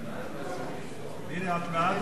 מירי, את בעד הממשלה או נגד?